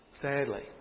sadly